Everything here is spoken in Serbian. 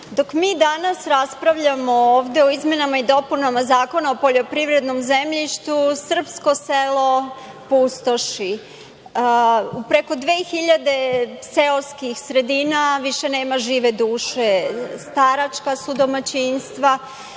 dok mi danas raspravljamo ovde o izmenama i dopunama Zakona o poljoprivrednom zemljištu srpsko selo pustoši. Preko 2000 seoskih sredina više nema žive duše, staračka su domaćinstva,